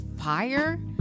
fire